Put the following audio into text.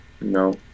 no